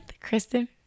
kristen